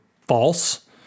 false